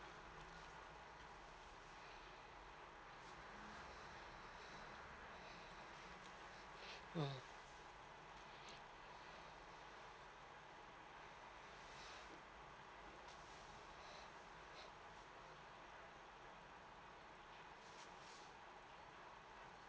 mm